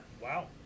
Wow